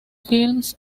filmes